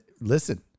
Listen